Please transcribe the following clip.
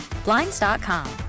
Blinds.com